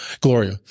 Gloria